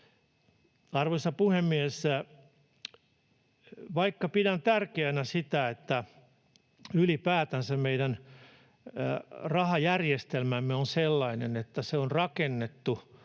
Arvoisa puhemies! Pidän tärkeänä sitä, että ylipäätänsä meidän rahajärjestelmämme on sellainen, että se on rakennettu